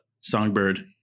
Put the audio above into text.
Songbird